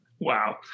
Wow